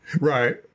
Right